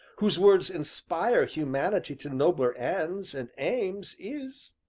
whose words inspire humanity to nobler ends and aims, is,